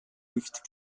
nicht